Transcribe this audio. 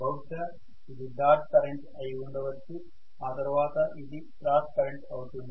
బహుశా ఇది dot current అయి ఉండచ్చు ఆ తర్వాత అది క్రాస్ కరెంటు అవుతుంది